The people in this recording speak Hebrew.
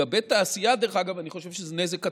לגבי תעשייה, דרך אגב, אני חושב שזה נזק אטומי,